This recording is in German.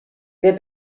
der